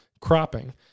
cropping